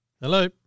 Hello